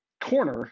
corner